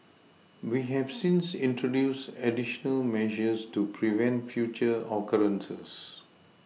we have since introduced additional measures to prevent future occurrences